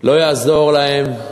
לא יעזור להם,